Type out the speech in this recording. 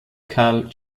carl